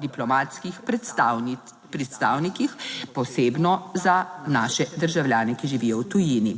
diplomatskih predstavnikih, posebno za naše državljane, ki živijo v tujini.